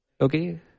okay